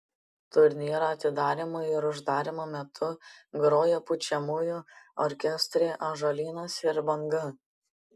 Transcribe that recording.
turnyro atidarymo ir uždarymo metu grojo pučiamųjų orkestrai ąžuolynas ir banga